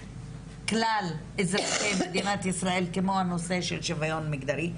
כלל אזרחי מדינת ישראל כמו הנושא של שוויון מגדרי,